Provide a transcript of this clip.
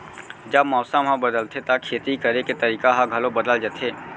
जब मौसम ह बदलथे त खेती करे के तरीका ह घलो बदल जथे?